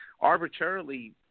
arbitrarily